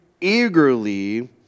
eagerly